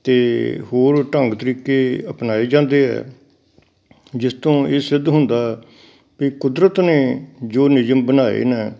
ਅਤੇ ਹੋਰ ਢੰਗ ਤਰੀਕੇ ਅਪਣਾਏ ਜਾਂਦੇ ਆ ਜਿਸ ਤੋਂ ਇਹ ਸਿੱਧ ਹੁੰਦਾ ਵੀ ਕੁਦਰਤ ਨੇ ਜੋ ਨਿਯਮ ਬਣਾਏ ਨੇ